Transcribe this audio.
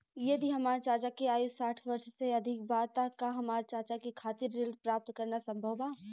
यदि हमार चाचा के आयु साठ वर्ष से अधिक बा त का हमार चाचा के खातिर ऋण प्राप्त करना संभव बा?